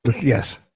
Yes